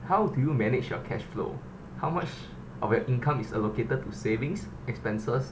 how do you manage your cash flow how much of your income is allocated to savings expenses